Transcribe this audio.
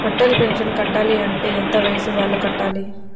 Atal pension కట్టాలి అంటే ఎంత వయసు వాళ్ళు కట్టాలి?